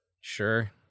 Sure